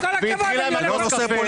והיא התחילה עם הכוס קפה.